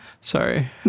Sorry